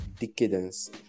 decadence